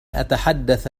أتحدث